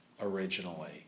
originally